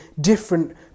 different